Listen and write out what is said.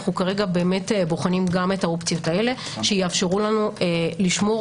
אנו בודקים את האופציות האלה שיאפשרו לנו לשמור